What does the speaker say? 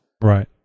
Right